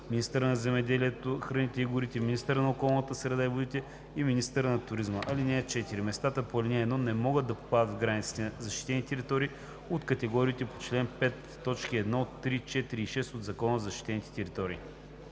министъра на земеделието, храните и горите, министъра на околната среда и водите и министъра на туризма. (4) Местата по ал. 1 не могат да попадат в границите на защитени територии от категориите по чл. 5, т. 1, 3, 4 и 6 от Закона за защитените територии.“